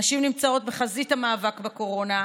נשים נמצאות בחזית המאבק בקורונה.